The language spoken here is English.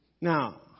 Now